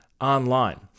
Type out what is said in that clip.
online